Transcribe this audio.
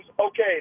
okay